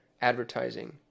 advertising